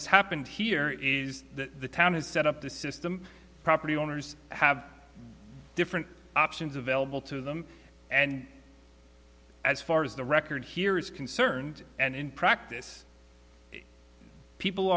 has happened here is that the town is set up the system property owners have different options available to them and as far as the record here is concerned and in practice people